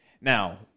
Now